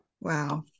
Wow